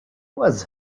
was